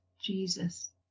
Jesus